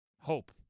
hope